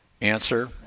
answer